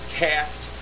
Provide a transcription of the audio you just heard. cast